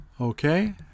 Okay